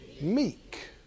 Meek